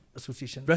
association